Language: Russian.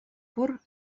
пор